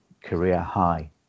career-high